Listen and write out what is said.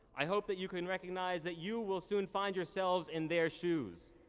i hope that you can recognize that you will soon find yourselves in their shoes.